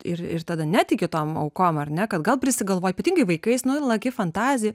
ir ir tada netiki tom aukom ar ne kad gal prisigalvoja ypatingai vaikais nu laki fantazija